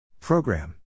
Program